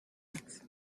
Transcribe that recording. since